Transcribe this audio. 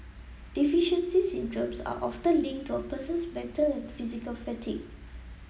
deficiency syndromes are often linked to a person's mental and physical fatigue